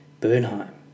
Bernheim